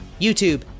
youtube